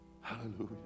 Hallelujah